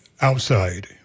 outside